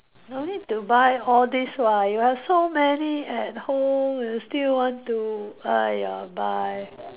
no need to buy all these [what] you have so many at home you still want to !aiya! buy